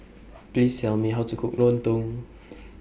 Please Tell Me How to Cook Lontong